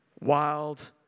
wild